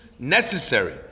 Necessary